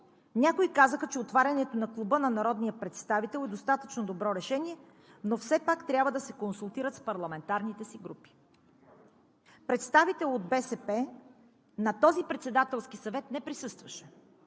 Някои казаха, че отварянето на Клуба на народния представител е достатъчно добро решение, но все пак трябва да се консултират с парламентарните си групи. Представител от БСП на този Председателски съвет нямаше.